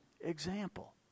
example